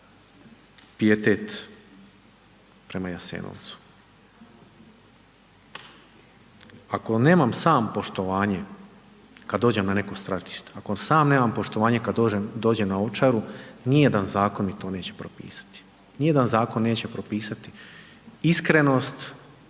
pijetet prema Jasenovcu? Ako nemam sam poštovanje kad dođem na neko stratište, ako sam nemam poštovanje kad dođem na Ovčaru, nijedan zakon mi to neće propisati. Nijedan zakon neće propisati iskrenost